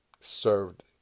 served